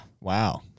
Wow